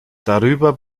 darüber